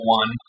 one